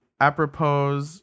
Apropos